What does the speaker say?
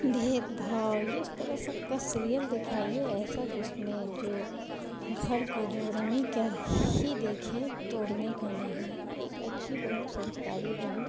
भेदभाव यह इस तरह सबका सीरियल दिखाइए ऐसा जिसमें जो घर को जोड़ने का ही देखे तोड़ने का नहीं एक अच्छी बहू संस्कारी बहू